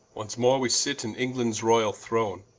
once more we sit in englands royall throne,